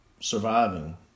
surviving